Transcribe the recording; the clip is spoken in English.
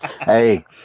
hey